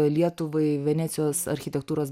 lietuvai venecijos architektūros